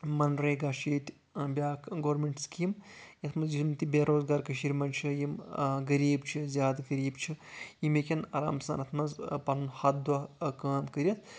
منریگا چھِ ییٚتہِ بیٚاکھ گورمینٹ سکیٖم یَتھ منٛز یِم تہِ بے روزگار کٔشیٖر منٛز چھِ یِم غریٖب چھِ زیادٕ غریٖب چھِ یِم ہٮ۪کَن آرام سان یَتھ منٛز پَنُن ہَتھ دۄہ کٲم کٔرِتھ